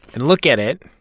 and look at it,